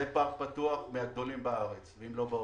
זה פארק פתוח מהגדולים בארץ, אם לא בעולם.